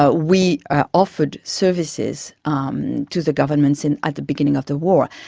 ah we offered services um to the governments and at the beginning of the war.